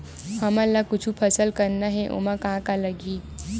हमन ला कुछु फसल करना हे ओमा का का लगही?